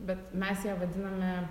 bet mes ją vadiname